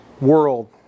world